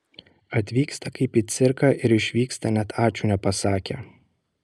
atvyksta kaip į cirką ir išvyksta net ačiū nepasakę